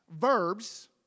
verbs